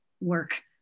work